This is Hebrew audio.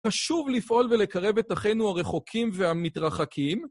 חשוב לפעול ולקרב את אחינו הרחוקים והמתרחקים.